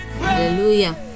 Hallelujah